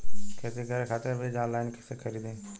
खेती करे खातिर बीज ऑनलाइन कइसे खरीदी?